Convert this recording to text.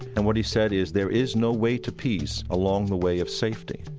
and what he said is there is no way to peace along the way of safety.